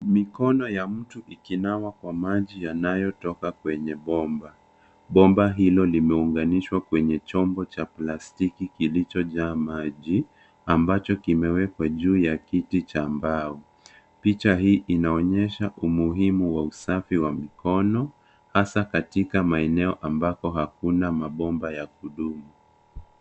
Mikono ya mtu ikinawa kwa maji yanayotoka kwenye bomba. Bomba hilo limeunganishwa kwenye chombo cha plastiki kilichojaa maji, ambacho kimewekwa juu ya kiti cha mbao. Picha hii inaonyesha umuhimu wa usafi wa mikono, hasaa katika maeneo ambako hakuna mabomba ya kudumu.